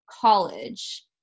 college